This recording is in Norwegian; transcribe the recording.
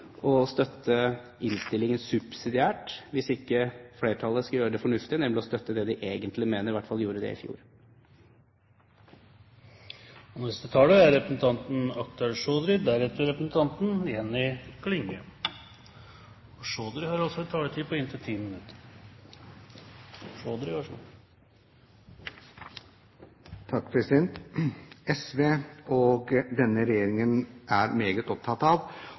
å støtte innstillingen subsidiært, hvis ikke flertallet skal gjøre det fornuftige, nemlig å støtte det de egentlig mener – i hvert fall gjorde de det i fjor. SV og denne regjeringen er meget opptatt av